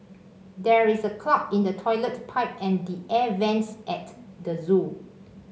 there is a clog in the toilet pipe and the air vents at the zoo